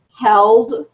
held